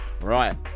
Right